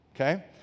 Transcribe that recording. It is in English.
okay